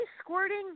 squirting